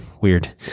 weird